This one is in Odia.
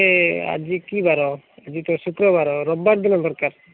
ଆଜି କି ବାର ଆଜି ତ ଶୁକ୍ରବାର ରବିବାର ଦିନ ଦରକାର ଥିଲା